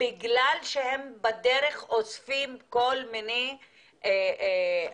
בגלל שהם בדרך אוספים כל מיני אסירים